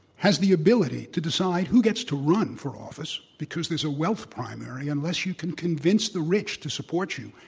has the ability to decide who gets to run for office because there's a wealth primary. unless you can convince the rich to support you,